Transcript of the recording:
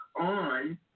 on